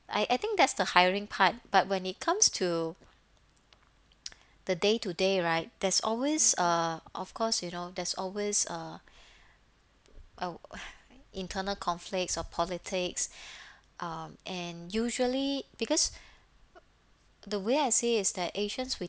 I I think that's the hiring part but when it comes to the day to day right there's always uh of course you know there's always a uh internal conflicts or politics um and usually because the way I see is that asians we